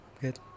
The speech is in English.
Good